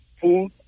food